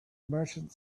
merchant